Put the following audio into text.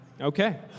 Okay